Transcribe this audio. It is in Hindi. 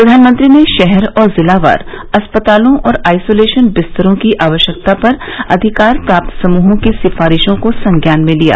प्रधानमंत्री ने शहर और जिलावार अस्पतालों और आइसोलेशन बिस्तरों की आवश्यकता पर अधिकार प्राप्त समूह की सिफारिशों को संज्ञान में लिया